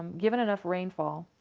given enough rainfall,